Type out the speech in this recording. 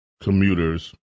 commuters